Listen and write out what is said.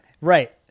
Right